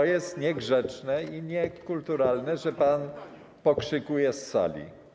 To jest niegrzeczne i niekulturalne, że pan pokrzykuje z sali.